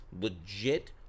Legit